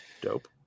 dope